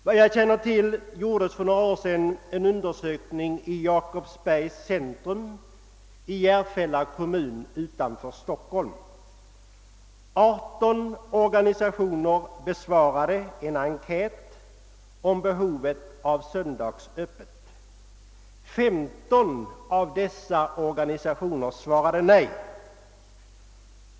Vad jag känner till gjordes för några år sedan en undersökning i Jakobsbergs centrum i Järfälla kommun utanför Stockholm. 18 organisationer besvarade en enkät om behovet av söndagsöppet. 15 av dessa organisationer svarade nej.